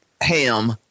ham